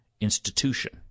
institution